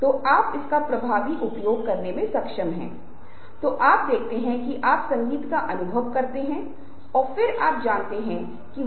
अब उस व्यक्ति के आधार पर दूसरे व्यक्ति ने जिस तरह के बयान दिए हैं उसने कहा है या उसने आपकी प्रतिक्रियाएँ उन संदर्भों में उचित रूप से दिखाई होंगी